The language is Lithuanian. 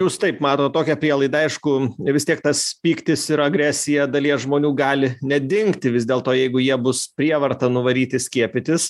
jūs taip matot tokią prielaidą aišku vis tiek tas pyktis ir agresija dalies žmonių gali nedingti vis dėlto jeigu jie bus prievarta nuvaryti skiepytis